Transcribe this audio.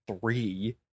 three